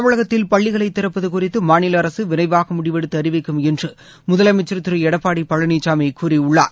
தமிழகத்தில் பள்ளிகளை திறப்பது குறித்து மாநில அரசு விரைவாக முடிவெடுத்து அறிவிக்கும் நி என்று முதலமைச்சா் திரு எடப்பாடி பழனிசாமி கூறியுள்ளார்